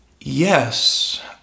Yes